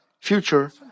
Future